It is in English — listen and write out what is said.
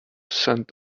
send